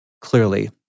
clearly